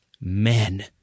men